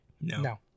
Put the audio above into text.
No